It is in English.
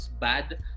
bad